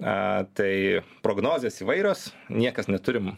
a tai prognozės įvairios niekas neturim